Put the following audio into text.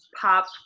pop